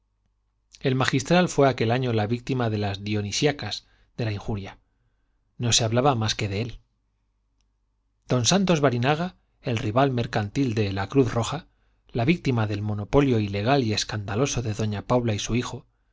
el magistral fue aquel año la víctima de las dionisíacas de la injuria no se hablaba más que de él don santos barinaga el rival mercantil de la cruz roja la víctima del monopolio ilegal y escandaloso de doña paula y su hijo